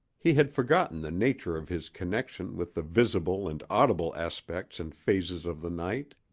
he had forgotten the nature of his connection with the visible and audible aspects and phases of the night.